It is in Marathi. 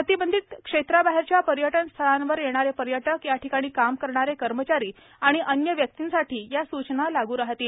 प्रतिबंधित क्षेत्राबाहेरच्या पर्यटनस्थळांवर येणारे पर्यटक या ठिकाणी काम करणारे कर्मचारी आणि अन्य व्यक्तींसाठी या सूचना लागू राहतील